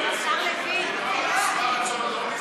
אני לא שבע רצון לא